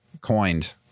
coined